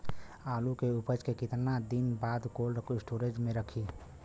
आलू के उपज के कितना दिन बाद कोल्ड स्टोरेज मे रखी?